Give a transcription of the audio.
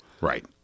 Right